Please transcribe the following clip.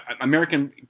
American